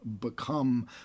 become